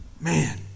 Man